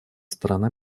сторона